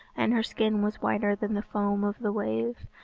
and her skin was whiter than the foam of the wave,